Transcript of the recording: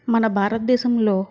మన భారత దేశంలో